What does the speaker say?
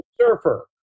Surfer